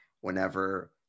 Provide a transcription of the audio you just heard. whenever